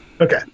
Okay